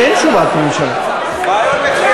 לחכות שראש הממשלה יגיע,